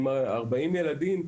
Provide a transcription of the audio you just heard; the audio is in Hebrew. עם 40 ילדים,